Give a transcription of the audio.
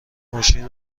ماشین